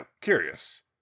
curious